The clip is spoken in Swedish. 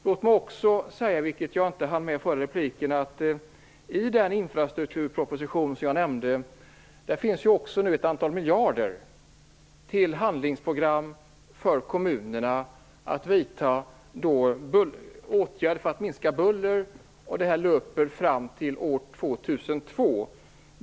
Låt mig också säga att det i den infrastrukturproposition som jag nämnde föreslås ett antal miljarder till handlingsprogram för kommunerna att vidta åtgärder för att minska buller. Det löper fram till år 2002.